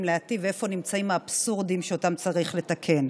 להטיב ואיפה נמצאים האבסורדים שאותם צריך לתקן.